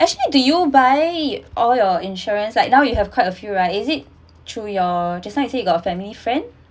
actually do you buy all your insurance like now you have quite a few right is it through your just now you say you got family friend